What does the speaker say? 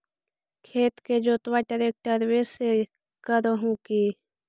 खेत के जोतबा ट्रकटर्बे से कर हू की?